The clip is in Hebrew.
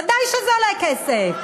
ודאי שזה עולה כסף,